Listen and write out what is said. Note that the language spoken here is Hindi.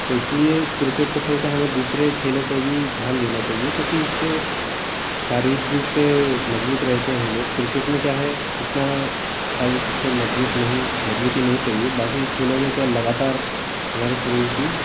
तो इसलिए क्रिकेट को छोड़ कर हमें दूसरे खेलों पर भी ध्यान देना चाहिए क्योंकि उससे शारीरिक रूप से मजबूत रहते हैं लोग क्रिकेट में क्या है इतना शारीरिक रूप से मजबूत नहीं मजबूती नहीं चाहिए बाकी खेलों में क्या है लगातार हमारे शरीर की